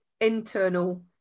internal